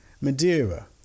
Madeira